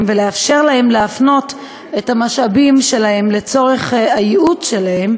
ולאפשר להם להפנות את המשאבים שלהם לצורך הייעוד שלהם,